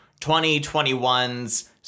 2021's